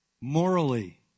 morally